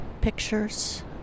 pictures